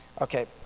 Okay